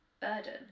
burden